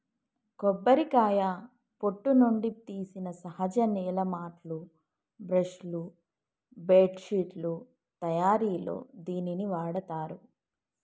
కొబ్బరికాయ పొట్టు నుండి తీసిన సహజ నేల మాట్లు, బ్రష్ లు, బెడ్శిట్లు తయారిలో దీనిని వాడతారు